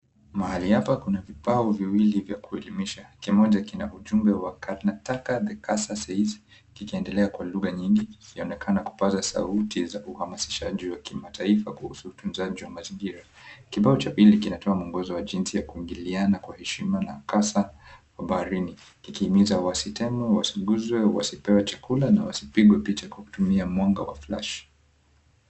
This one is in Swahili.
Mahali hapa kuna vipao viwili vya kuelimisha. Kimoja kina ujumbe wa Karnataka the Kasa says , kikiendelea kwa lugha nyingi, kikionekana kupaza sauti za uhamasishaji wa kimataifa kuhusu utunzaji wa mazingira. Kibao cha pili kinatoa muongozo wa jinsi ya kuingiliana kwa heshima na kasa wa baharini. Kiki himiza wasitemwe, wasiguzwe, wasipewe chakula na wasipigwe picha kwa kutumia mwanga wa flash .